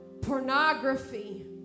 pornography